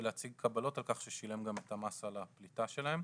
ולהציג קבלות על כך ששילם גם את המס על הפליטה שלהם.